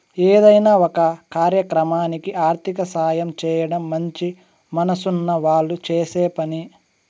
ఏదైనా ఒక కార్యక్రమానికి ఆర్థిక సాయం చేయడం మంచి మనసున్న వాళ్ళు చేసే పని